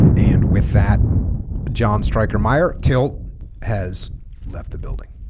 and with that john striker meyer tilt has left the building